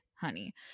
honey